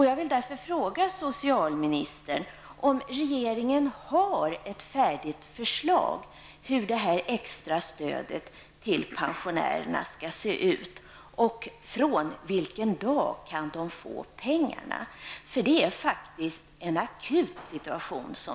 Jag vill därför fråga socialministern: Har regeringen något färdigt förslag om hur det extra stödet till pensionärerna skall utformas? Från vilken dag kan de få pengarna?